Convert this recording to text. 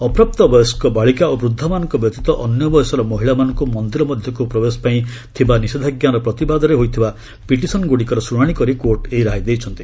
ଅପ୍ରାପ୍ତବୟସ୍କା ବାଳିକା ଓ ବୃଦ୍ଧାମାନଙ୍କ ବ୍ୟତୀତ ଅନ୍ୟ ବୟସର ମହିଳାମାନଙ୍କୁ ମନ୍ଦିର ମଧ୍ୟକୁ ପ୍ରବେଶ ପାଇଁ ଥିବା ନିଷେଧାଜ୍ଞାର ପ୍ରତିବାଦରେ ହୋଇଥିବା ପିଟିସନ୍ଗୁଡ଼ିକର ଶୁଣାଣି କରି କୋର୍ଟ ଏହି ରାୟ ଦେଇଛନ୍ତି